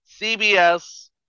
CBS